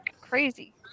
crazy